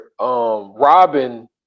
Robin